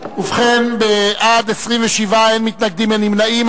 ובכן, בעד, 27, אין מתנגדים, אין נמנעים.